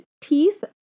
teeth